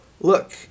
look